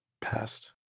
passed